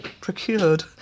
procured